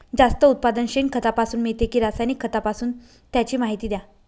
जास्त उत्पादन शेणखतापासून मिळते कि रासायनिक खतापासून? त्याची माहिती द्या